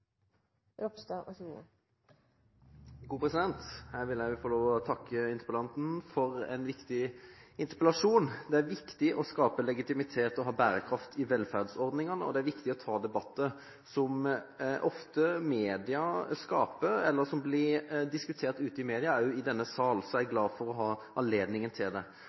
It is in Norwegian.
vil også få lov til å takke interpellanten for en viktig interpellasjon. Det er viktig å skape legitimitet og ha bærekraft i velferdsordningene, og det er viktig å ta debatter som media ofte skaper, eller det som blir diskutert i media, også i denne sal. Jeg er glad for å ha anledning til det.